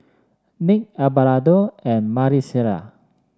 Nick Abelardo and Maricela